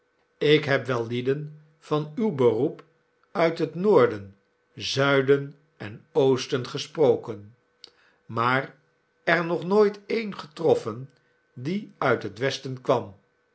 ik heb wel lieden van uw beroep uit het noorden zuiden en oosten gesproken maar erno nooit een getroffen die uit het westen kwam